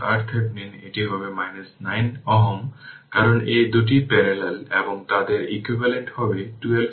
t 0 এ যেখানে এটি হঠাৎ 0 থেকে 1 পরিবর্তিত হয়